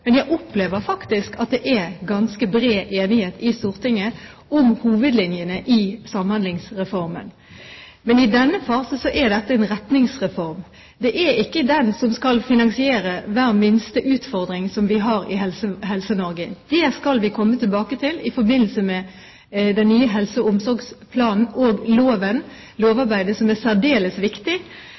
Men jeg opplever faktisk at det er ganske bred enighet i Stortinget om hovedlinjene i Samhandlingsreformen. Men i denne fase er dette en retningsreform. Det er ikke den som skal finansiere hver minste utfordring som vi har i Helse-Norge. Det skal vi komme tilbake til i forbindelse med den nye helse- og omsorgsplanen og lovarbeidet, som er særdeles viktig.